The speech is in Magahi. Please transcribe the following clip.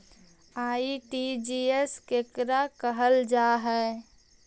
आर.टी.जी.एस केकरा कहल जा है?